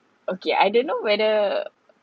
okay I don't know whether